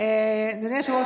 אדוני היושב-ראש,